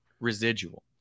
residual